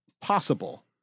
possible